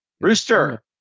Rooster